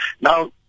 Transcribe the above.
Now